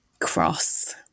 cross